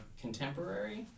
contemporary